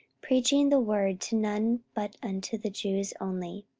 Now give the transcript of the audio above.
preaching the word to none but unto the jews only.